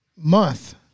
month